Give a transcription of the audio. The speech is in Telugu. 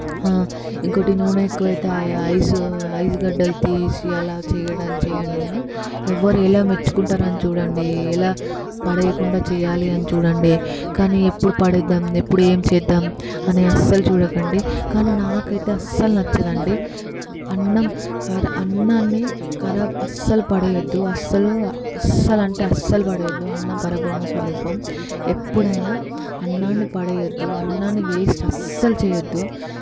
ఇంకొకటి నూనె ఎక్కువైతే ఐస్ ఐస్ గడ్డలు తీసి అలా చెయ్యడా చేయండి కానీ ఎవరూ ఎలా మెచ్చుకుంటారా చూడండి ఎలా పడేయకుండా చేయాలి అని చూడండి కానీ ఎప్పుడు పడేద్దాము ఎప్పుడు ఏం చేద్దాము అని అస్సలు చూడకండి కానీ నాకైతే అస్సలు నచ్చదు అండి అన్నం కర అన్నాన్ని కరాబ్ అస్సలు పడవేయద్దు అస్సలు అస్సలంటే అస్సలు పడవేయద్దు అన్నం పరబ్రహ్మ స్వరూపం ఎప్పుడైనా అన్నాన్ని పడవేయద్దు అన్నాన్ని వేస్ట్ అస్సలు చేయవద్దు